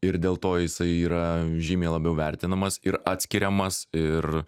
ir dėl to jisai yra žymiai labiau vertinamas ir atskiriamas ir